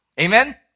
Amen